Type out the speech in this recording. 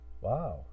Wow